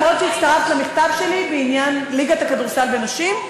אפילו שהצטרפת למכתב שלי בעניין ליגת הכדורסל לנשים,